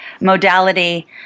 modality